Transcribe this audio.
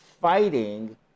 fighting